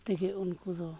ᱛᱮᱜᱮ ᱩᱱᱠᱩ ᱫᱚ